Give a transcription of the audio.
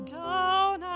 down